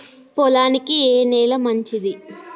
పొలానికి ఏ నేల మంచిది?